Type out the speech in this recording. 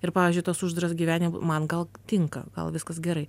ir pavyzdžiui tas uždaras gyvenim man gal tinka gal viskas gerai